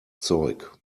zeug